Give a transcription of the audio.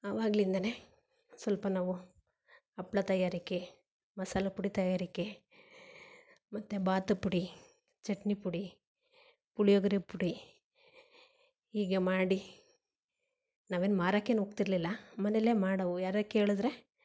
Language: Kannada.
ಆವಾಗ್ಲಿಂದ ಸ್ವಲ್ಪ ನಾವೂ ಹಪ್ಳ ತಯಾರಿಕೆ ಮಸಾಲೆ ಪುಡಿ ತಯಾರಿಕೆ ಮತ್ತು ಭಾತ್ ಪುಡಿ ಚಟ್ನಿ ಪುಡಿ ಪುಳಿಯೋಗರೆ ಪುಡಿ ಹೀಗೆ ಮಾಡಿ ನಾವೇನು ಮಾರಕ್ಕೇನು ಹೋಗ್ತಿರ್ಲಿಲ್ಲ ಮನೇಲೆ ಮಾಡವು ಯಾರ ಕೇಳಿದ್ರೆ